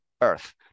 earth